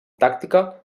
tàctica